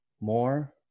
more